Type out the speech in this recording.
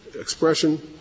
expression